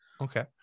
okay